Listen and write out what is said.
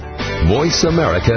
VoiceAmerica